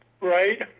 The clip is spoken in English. right